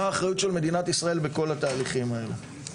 מה האחריות של מדינת ישראל בכל התהליכים האלה.